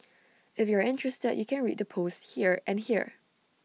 if you're interested you can read the posts here and here